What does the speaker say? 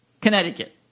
Connecticut